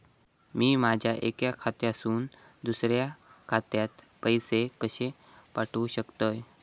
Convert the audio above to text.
मी माझ्या एक्या खात्यासून दुसऱ्या खात्यात पैसे कशे पाठउक शकतय?